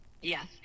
Yes